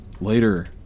later